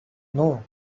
know